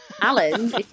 Alan